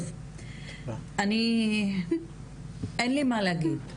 טוב, אני, אין לי מה להגיד.